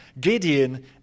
Gideon